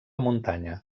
muntanya